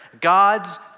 God's